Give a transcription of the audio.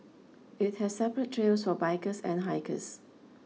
it has separate trails for bikers and hikers